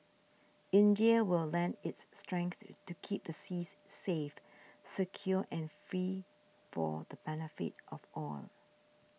India will lend its strength to keep the seas safe secure and free for the benefit of all